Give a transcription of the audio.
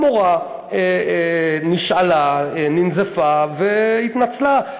המורה נשאלה, ננזפה והתנצלה.